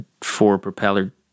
four-propeller